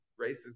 racist